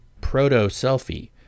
proto-selfie